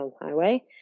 highway